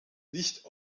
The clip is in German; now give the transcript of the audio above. nicht